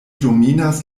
dominas